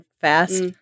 fast